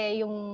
yung